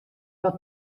wat